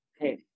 Hey